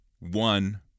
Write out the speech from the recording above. One